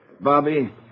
Bobby